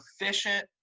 efficient